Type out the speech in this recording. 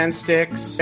sticks